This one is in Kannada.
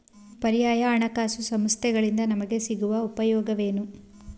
ಪರ್ಯಾಯ ಹಣಕಾಸು ಸಂಸ್ಥೆಗಳಿಂದ ನಮಗೆ ಸಿಗುವ ಉಪಯೋಗವೇನು?